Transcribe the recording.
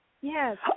Yes